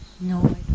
No